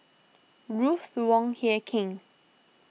Ruth Wong Hie King